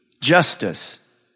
justice